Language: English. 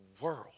world